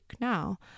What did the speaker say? now